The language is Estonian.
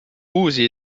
uusi